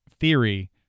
theory